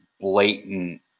blatant